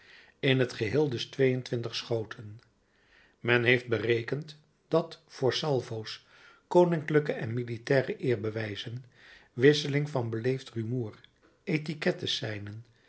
in t geheel dus twee en twintig schoten men heeft berekend dat voor salvo's koninklijke en militaire eerbewijzen wisseling van beleefd rumoer etiquette seinen